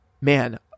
man